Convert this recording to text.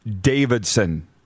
Davidson